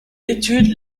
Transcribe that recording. étude